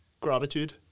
gratitude